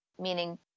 Meaning